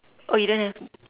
oh you don't have